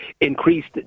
increased